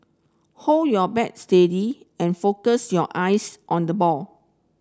hold your bat steady and focus your eyes on the ball